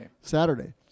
Saturday